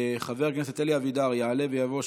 חבר הכנסת אלי אבידר יעלה ויבוא.